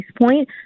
point